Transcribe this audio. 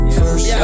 first